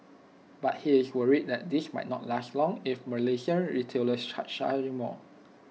but he is worried that this might not last long if Malaysian retailers start charging more